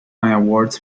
awards